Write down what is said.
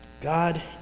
God